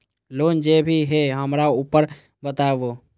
Loan जे भी छे हमरा ऊपर बताबू?